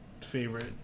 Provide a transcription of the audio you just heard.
favorite